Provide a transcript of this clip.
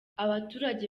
abaturage